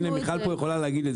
הינה מיכל פה יכולה להגיד את זה.